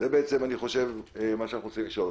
איך מבטיחים אי כניסה לתוכן,